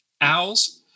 owls